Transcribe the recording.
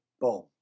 Boom